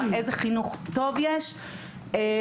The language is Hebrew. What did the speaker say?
איזה חינוך טוב יש בזכותן.